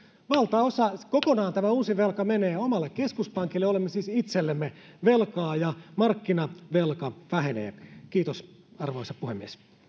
kokonaan tämä uusi velka menee omalle keskuspankille olemme siis itsellemme velkaa ja markkinavelka vähenee kiitos arvoisa puhemies